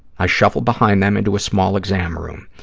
i shuffled behind them into a small exam room.